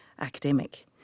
academic